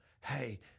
hey